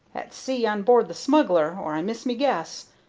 at sea on board the smuggler, or i miss me guess.